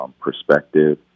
perspective